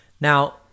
Now